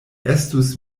estus